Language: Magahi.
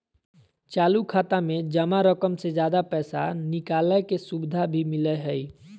चालू खाता में जमा रकम से ज्यादा पैसा निकालय के सुविधा भी मिलय हइ